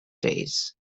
days